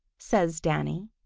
says danny,